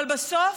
אבל בסוף,